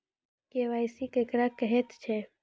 KYC केकरा कहैत छै?